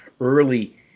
early